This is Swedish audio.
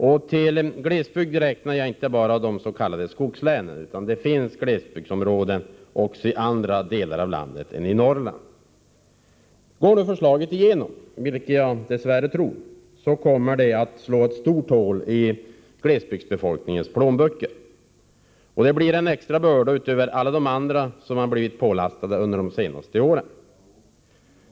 Och till glesbygd räknar jag inte bara de s.k. skogslänen. Glesbygdsområden finns också i andra delar av landet än i Norrland. Går förslaget igenom -— vilket jag tror att det dess värre gör — kommer det att slå ett stort hål i glesbygdsbefolkningens plånböcker. Det blir en extra börda, utöver alla de andra som man blivit pålastad under de senaste åren.